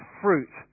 fruit